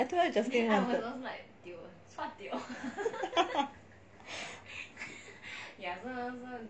I told you right justin wanted